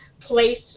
place